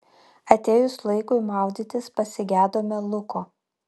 atėjus laikui maudytis pasigedome luko